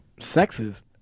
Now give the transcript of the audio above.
sexist